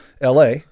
la